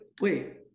wait